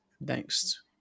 next